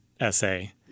essay